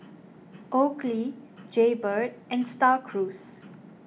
Oakley Jaybird and Star Cruise